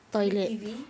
big T_V